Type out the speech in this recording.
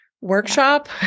workshop